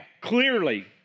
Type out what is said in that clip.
clearly